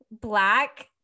black